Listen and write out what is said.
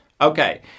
Okay